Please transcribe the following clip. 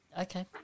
okay